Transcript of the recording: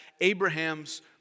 Abraham's